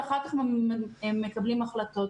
ואחר כך מקבלים החלטות,